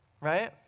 right